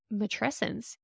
matrescence